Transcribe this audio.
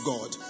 God